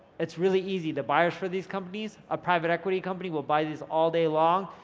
it's really easy. the buyers for these companies, a private equity company will buy these all day long,